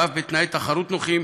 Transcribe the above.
ואף בתנאי תחרות נוחים.